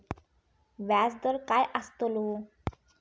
व्याज दर काय आस्तलो?